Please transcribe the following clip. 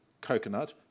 coconut